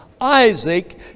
Isaac